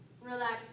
Relax